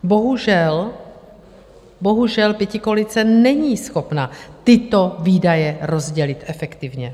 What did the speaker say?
Bohužel, bohužel pětikoalice není schopna tyto výdaje rozdělit efektivně.